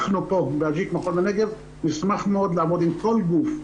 אנחנו ב-אג'יק מכון הנגב נשמח מאוד לעבוד עם כל גוף,